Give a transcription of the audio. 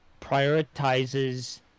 prioritizes